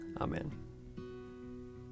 Amen